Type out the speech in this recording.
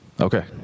Okay